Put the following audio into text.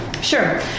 Sure